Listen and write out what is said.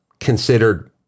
considered